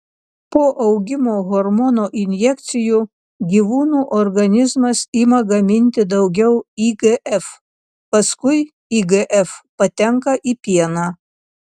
po augimo hormono injekcijų gyvūnų organizmas ima gaminti daugiau igf paskui igf patenka į pieną